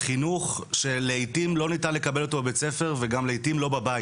חינוך שלעיתים לא ניתן לקבל אותו בבית ספר ולעתים לא בבית,